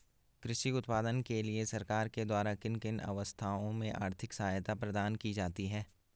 कृषि उत्पादन के लिए सरकार के द्वारा किन किन अवस्थाओं में आर्थिक सहायता प्रदान की जाती है?